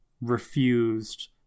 refused